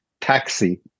Taxi